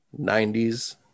90s